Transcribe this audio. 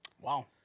Wow